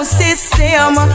system